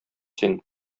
син